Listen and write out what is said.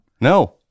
No